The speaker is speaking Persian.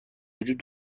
وجود